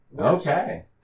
Okay